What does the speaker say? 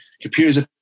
Computers